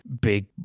big